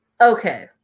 Okay